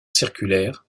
circulaire